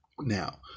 Now